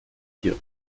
dir